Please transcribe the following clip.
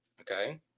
Okay